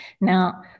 Now